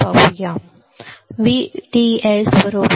विचार करू या प्रकरणात आपण जे पाहतो ते आपण पाहतो VDS VGS VC